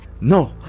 No